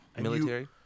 Military